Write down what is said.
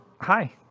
hi